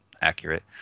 accurate